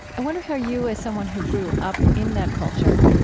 i wonder how you, as someone who grew up in that culture,